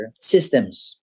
systems